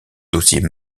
dossier